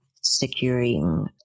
securing